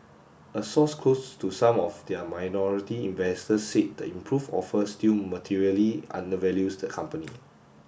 a source close to some of their minority investors said the improved offer still materially undervalues the company